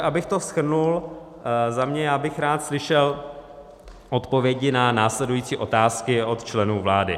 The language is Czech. Abych to shrnul, za sebe, já bych rád slyšel odpovědi na následující otázky od členů vlády.